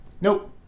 Nope